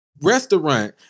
restaurant